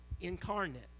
incarnate